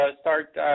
start